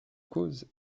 causes